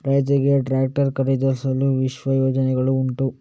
ರೈತರಿಗೆ ಟ್ರಾಕ್ಟರ್ ಖರೀದಿಸಲು ವಿಶೇಷ ಯೋಜನೆಗಳು ಉಂಟಾ?